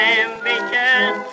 ambitious